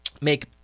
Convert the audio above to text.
make